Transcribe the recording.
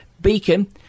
Beacon